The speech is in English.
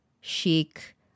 chic